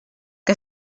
que